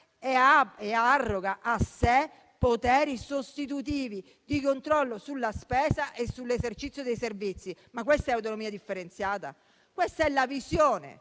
si arroga poteri sostitutivi di controllo sulla spesa e sull'esercizio dei servizi? Ma questa è autonomia differenziata? Questa è la visione